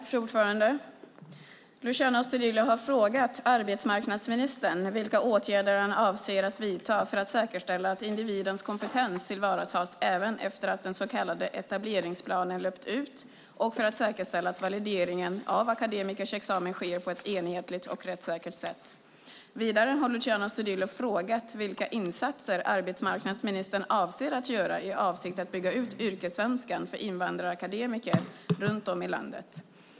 Fru talman! Luciano Astudillo har frågat arbetsmarknadsministern vilka åtgärder han avser att vidta för att säkerställa att individens kompetens tillvaratas även efter att den så kallade etableringsplanen löpt ut och för att säkerställa att valideringen av akademikers examina sker på ett enhetligt och rättssäkert sätt. Vidare har Luciano Astudillo frågat vilka insatser arbetsmarknadsministern avser att göra i avsikt att bygga ut yrkessvenskan för invandrarakademiker runt om i landet.